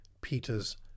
Peter's